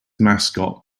mascot